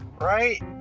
right